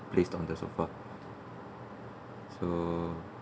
place on the sofa so